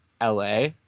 la